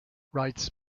writes